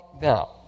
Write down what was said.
now